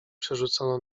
przerzucono